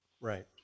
Right